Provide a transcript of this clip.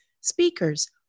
speakers